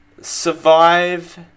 survive